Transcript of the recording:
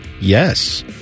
yes